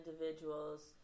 individuals